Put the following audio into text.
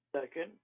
Second